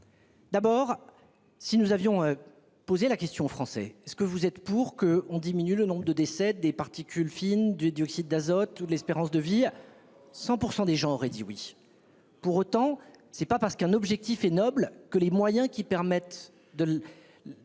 D'abord si nous avions. Posé la question aux Français ce que vous êtes pour que on diminue le nombre de décès des particules fines du dioxyde d'azote ou de l'espérance de vie. 100% des gens auraient dit, oui. Pour autant, c'est pas parce qu'un objectif et noble que les moyens qui permettent de.